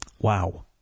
Wow